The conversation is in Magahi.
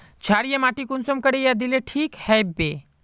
क्षारीय माटी कुंसम करे या दिले से ठीक हैबे?